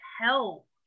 help